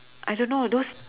I don't know those